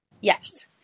Yes